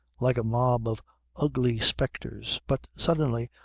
like a mob of ugly spectres. but suddenly,